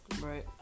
Right